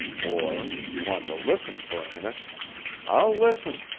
or if you want to listen for a minute i'll listen!